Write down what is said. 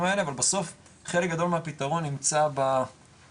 האלה אבל בסוף חלק גדול מהפתרון נמצא בדיגיטל,